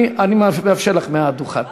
אני אאפשר לך מהדוכן.